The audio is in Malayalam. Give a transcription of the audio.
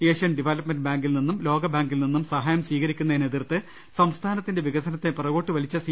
ഏഷ്യൻ ഡെവല്പമെന്റ് ബാങ്കിൽ നിന്നും ലോകബാങ്കിൽ നിന്നും സഹായം സ്വീ കരിക്കുന്നതിനെ എതിർത്ത് സംസ്ഥാനത്തിന്റെ വികസനത്തെ പിറകോട്ട് വലിച്ച സി